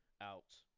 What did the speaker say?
out